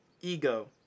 ego